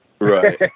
Right